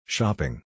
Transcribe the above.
Shopping